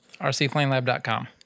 RCplaneLab.com